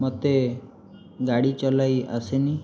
ମୋତେ ଗାଡ଼ି ଚଲାଇ ଆସେନି